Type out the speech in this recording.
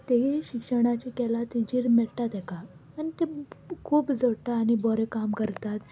तेगी शिक्षण जी केला तेजर मेळटा तेका आनी ते खूब जोडटा आनी बरें काम करतात